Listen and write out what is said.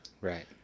Right